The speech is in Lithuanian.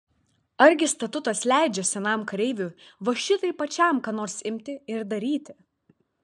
argi statutas leidžia senam kareiviui va šitaip pačiam ką nors imti ir daryti